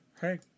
hey